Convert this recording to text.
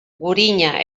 gurina